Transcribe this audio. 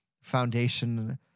foundation